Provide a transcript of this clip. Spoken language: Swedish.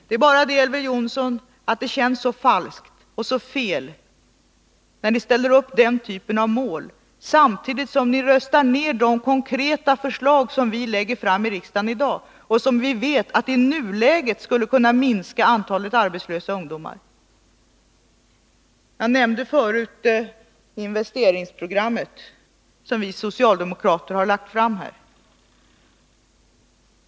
Det är bara det, Elver Jonsson, att det känns så falskt och så fel när ni ställer upp den typen av mål, samtidigt som ni röstar ned de konkreta förslag som vi lägger fram i riksdagen i dag och som nu skulle kunna minska antalet arbetslösa ungdomar. Jag nämnde förut investeringsprogrammet, som vi socialdemokrater har föreslagit.